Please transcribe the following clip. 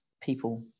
people